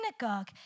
synagogue